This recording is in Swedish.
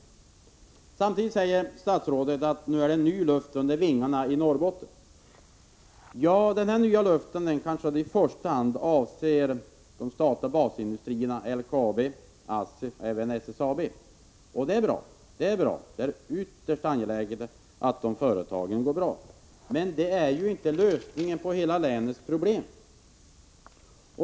Samtidigt säger hon att det är ny luft under vingarna i Norrbotten. Den nya luften kanske i första hand avser de statliga basindustrierna LKAB, ASSI och SSAB. Det är bra och ytterst angeläget att de företagen går bra, men det är inte lösningen av hela länets problem.